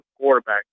quarterback